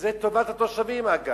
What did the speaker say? שזה טובת התושבים, אגב.